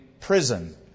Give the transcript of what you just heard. prison